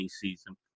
season